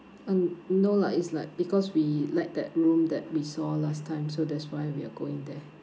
uh no lah is like because we like that room that we saw last time so that's why we are going there